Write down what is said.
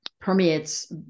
permeates